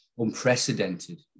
unprecedented